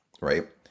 right